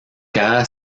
cada